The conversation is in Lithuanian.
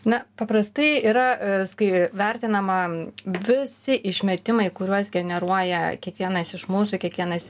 na paprastai yra skai vertinama visi išmetimai kuriuos generuoja kiekvienas iš mūsų kiekvienas